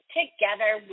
together